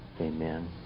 Amen